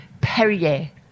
perrier